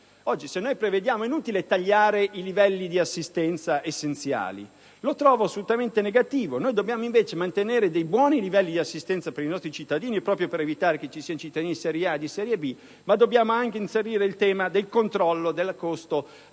a farlo prima. È inutile tagliare i livelli di assistenza essenziali, lo trovo assolutamente negativo. Noi dobbiamo invece mantenere dei buoni livelli di assistenza per i nostri cittadini proprio per evitare che ci siano quelli di seria A e quelli di serie B, ma dobbiamo anche inserire il tema del controllo del costo